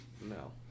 No